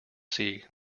see